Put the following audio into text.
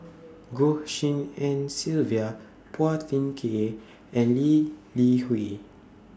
Goh Tshin En Sylvia Phua Thin Kiay and Lee Li Hui